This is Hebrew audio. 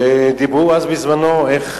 ודיברו אז בזמנו איך